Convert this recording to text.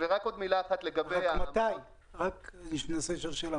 אני מנסה לשאול שאלה.